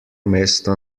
mesto